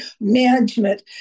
management